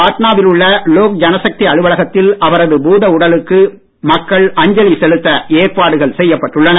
பாட்னா வில் உள்ள லோக் ஜனசக்தி அலுவலகத்தில் அவரது பூத உடலுக்கு மக்கள் அஞ்சலி செலுத்த ஏற்பாடுகள் செய்யப்பட்டுள்ளன